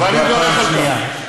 ואני מברך על כך.